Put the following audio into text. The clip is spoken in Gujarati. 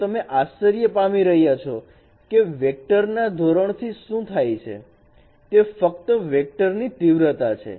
તો તમે આશ્ચર્ય પામી રહ્યા છો કે વેક્ટર ના ધોરણ થી શું થાય છે તે ફક્ત વેક્ટર ની તીવ્રતા છે